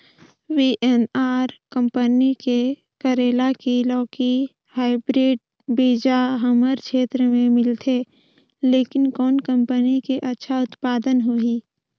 VNR company के करेला की लौकी हाईब्रिड बीजा हमर क्षेत्र मे मिलथे, लेकिन कौन कंपनी के अच्छा उत्पादन होही?